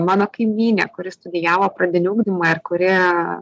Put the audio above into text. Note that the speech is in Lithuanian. mano kaimynė kuri studijavo pradinį ugdymą ir kuri